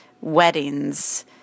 weddings